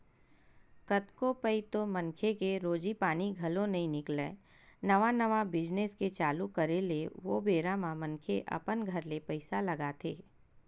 कतको पइत तो मनखे के रोजी पानी घलो नइ निकलय नवा नवा बिजनेस के चालू करे ले ओ बेरा म मनखे अपन घर ले पइसा लगाथे